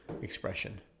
expression